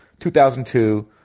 2002